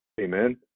Amen